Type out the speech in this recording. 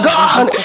God